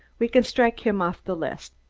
we can strike him off the list.